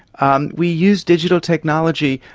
um we use digital technology,